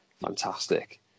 fantastic